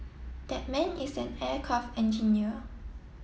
that man is an aircraft engineer